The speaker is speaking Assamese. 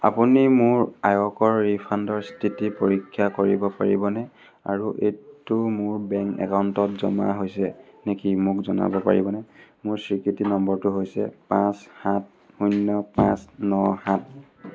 আপুনি মোৰ আয়কৰ ৰিফাণ্ডৰ স্থিতি পৰীক্ষা কৰিব পাৰিবনে আৰু এইটো মোৰ বেংক একাউণ্টত জমা হৈছে নেকি মোক জনাব পাৰিবনে মোৰ স্বীকৃতি নম্বৰটো হৈছে পাঁচ সাত শূন্য পাঁচ ন সাত